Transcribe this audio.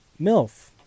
MILF